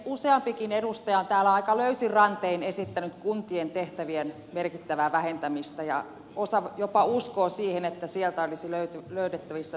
useampikin edustaja on täällä aika löysin rantein esittänyt kuntien tehtävien merkittävää vähentämistä ja osa jopa uskoo siihen että sieltä olisi löydettävissä merkittäviä säästöjä